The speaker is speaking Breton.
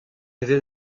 evel